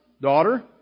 daughter